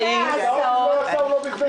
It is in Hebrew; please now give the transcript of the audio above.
בתחום ההסעות,